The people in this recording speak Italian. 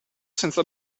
senza